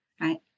right